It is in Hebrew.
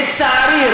לצערי,